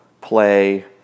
play